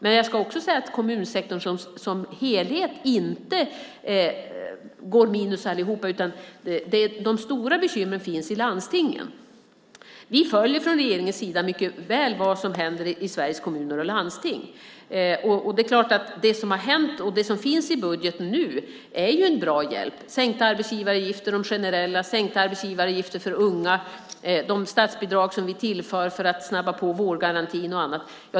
Men jag ska också säga när det gäller kommunsektorn som helhet att de inte går minus allihop, utan de stora bekymren finns i landstingen. Vi följer från regeringens sida mycket väl vad som händer i Sveriges kommuner och landsting, och det är klart att det som har hänt och det som finns i budget nu är en bra hjälp. Det handlar om sänkta arbetsgivaravgifter, de generella, och om sänkta arbetsgivaravgifter för unga. Det handlar om de statsbidrag som vi tillför för att snabba på vårdgarantin och annat.